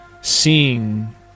seeing